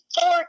four